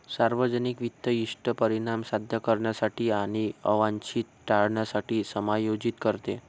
सार्वजनिक वित्त इष्ट परिणाम साध्य करण्यासाठी आणि अवांछित टाळण्यासाठी समायोजित करते